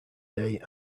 day